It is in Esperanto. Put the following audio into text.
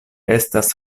estas